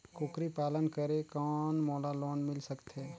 कूकरी पालन करे कौन मोला लोन मिल सकथे?